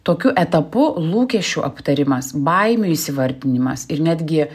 tokiu etapu lūkesčių aptarimas baimių įsivardinimas ir netgi